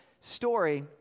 story